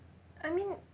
I mean